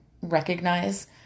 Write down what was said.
recognize